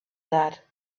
that